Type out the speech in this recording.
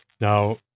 Now